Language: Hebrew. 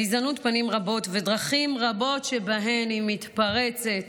לגזענות פנים רבות ודרכים רבות שבהן היא מתפרצת,